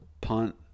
punt